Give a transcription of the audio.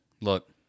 look